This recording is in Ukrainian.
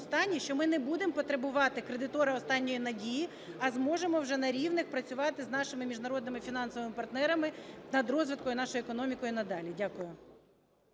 що ми не будемо потребувати кредитора останньої надії, а зможемо вже на рівних працювати з нашими міжнародними фінансовими партнерами над розвитком нашої економіки надалі. Дякую.